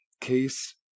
Case